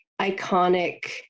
iconic